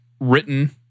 written